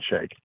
shake